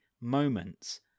moments